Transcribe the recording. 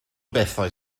bethau